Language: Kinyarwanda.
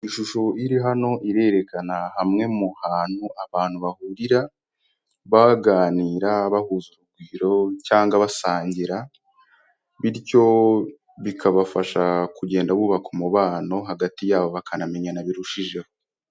Ishusho iri hano irereka hamwe mu hantu abantu bahurira, baganira bahuje urugwiro cyangwa basangira, bityo bikabafasha kugenda bubaka umubano hagati yabo bakanamenyana birushijeho.